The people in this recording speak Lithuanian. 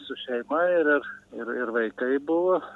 su šeima ir ir ir ir vaikai buvo